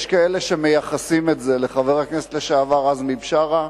יש כאלה שמייחסים את זה לחבר הכנסת לשעבר עזמי בשארה.